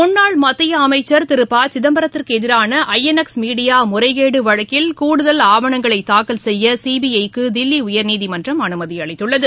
முன்னாள் மத்திய அமைச்சர் திரு ப சிதம்பரத்திற்கு எதிரான ஐஎன்எஸ் மீடியா முறைகேடு வழக்கில் கூடுதல் ஆவணங்களை தாக்கல் செய்ய சிபிஐக்கு தில்லி உயர்நீதிமன்றம் அனுமதி அளித்துள்ளது